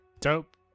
dope